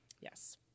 Yes